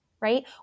right